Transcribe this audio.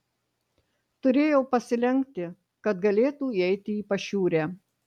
turėjo pasilenkti kad galėtų įeiti į pašiūrę